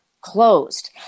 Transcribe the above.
closed